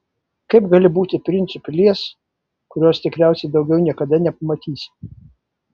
kaip gali būti princu pilies kurios tikriausiai daugiau niekada nepamatysi